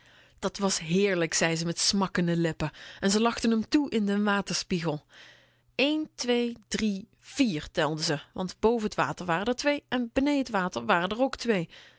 dat was heerlijk zei ze met smakkende lippen en ze lachte m toe in den waterspiegel een twee drie vier telde ze want boven t water waren r twee en benee in t water waren r ook